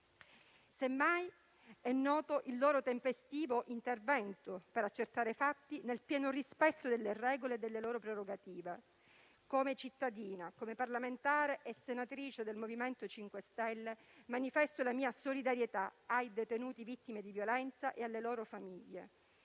Semmai, è noto il loro tempestivo intervento per accertare i fatti, nel pieno rispetto delle regole e delle loro prerogative. Come cittadina, come parlamentare e senatrice del MoVimento 5 Stelle, manifesto la mia solidarietà ai detenuti vittime di violenza e alle loro famiglie.